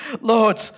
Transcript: Lord